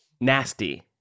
Nasty